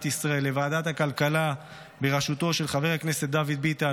ישראל: לוועדת הכלכלה בראשותו של חבר הכנסת דוד ביטן,